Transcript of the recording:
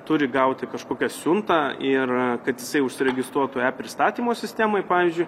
turi gauti kažkokią siuntą ir kad jisai užsiregistruotų e pristatymo sistemoj pavyzdžiui